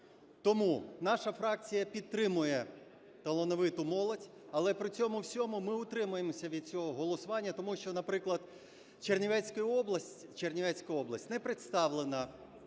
Тому наша фракція підтримує талановиту молодь. Але при цьому всьому ми утримаємося від цього голосування, тому що, наприклад, Чернівецька область не представлена